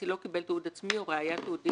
אז בסוף יבוא אליו הרגולטור ויגיד לו: רק רגע,